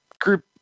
group